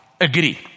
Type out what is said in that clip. Agree